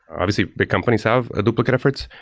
obviously, big companies have duplicate efforts.